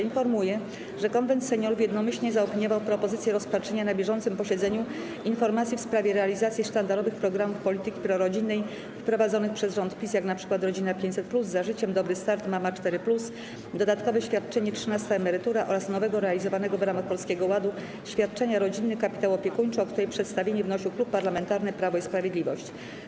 Informuję, że Konwent Seniorów jednomyślnie zaopiniował propozycję rozpatrzenia na bieżącym posiedzeniu informacji w sprawie realizacji sztandarowych programów polityki prorodzinnej wprowadzonych przez rząd PiS, jak np. ˝Rodzina 500+˝, ˝Za życiem˝, ˝Dobry start˝, ˝Mama 4+˝, dodatkowe świadczenie trzynasta emerytura, oraz nowego, realizowanego w ramach Polskiego Ładu, świadczenia rodzinny kapitał opiekuńczy, o której przedstawienie wnosił Klub Parlamentarny Prawo i Sprawiedliwość.